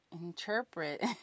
interpret